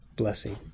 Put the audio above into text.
blessing